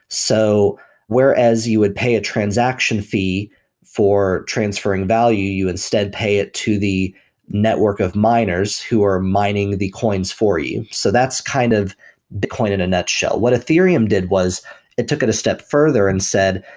so where as you would pay a transaction fee for transferring value, you instead pay it to the network of miners who are mining the coins for you. so that's kind of bitcoin in a nutshell. what a ethereum did was it took it a step further and said,